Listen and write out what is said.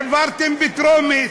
העברתם בטרומית,